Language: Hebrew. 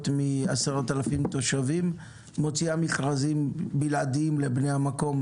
מ-10 אלף תושבים מוציאה מכרזים בלעדיים לבני המקום,